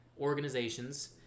organizations